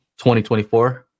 2024